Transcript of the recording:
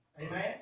Amen